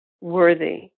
worthy